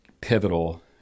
pivotal